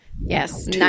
Yes